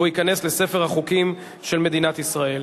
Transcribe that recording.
והחוק ייכנס לספר החוקים של מדינת ישראל.